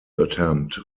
attempt